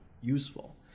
useful